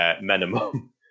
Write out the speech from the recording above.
minimum